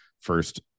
first